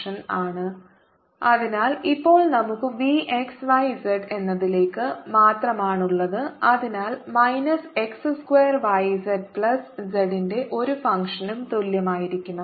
Vxyz x2yzfyz ∂V∂y x2z ∂f∂y x2z ∂f∂y0f≡f അതിനാൽ ഇപ്പോൾ നമുക്ക് V x y z എന്നതിലേക്ക് മാത്രമാണുള്ളത് അതിനാൽ minus x square y z plus z ന്റെ ഒരു ഫംഗ്ഷനും തുല്യമായിരിക്കണം